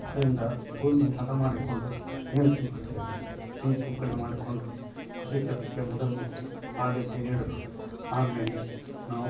ಅದರಿಂದ ಭೂಮಿ ಹದ ಮಾಡಿಕೊಂಡು ನೀರು ಸಿಂಪಡಿಸಬೇಕು ನೀರು ಸಿಂಪಡಣೆ ಮಾಡಿಕೊಂಡು ಕೃಷಿ ಕೆಲಸಕ್ಕೆ ಮೊದಲು ಆದ್ಯತೆ ನೀಡಬೇಕು ಆಮೇಲೆ ನಾವು